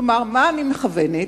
כלומר, מה אני מכוונת?